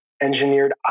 engineered